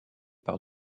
par